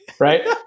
right